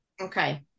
Okay